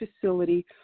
facility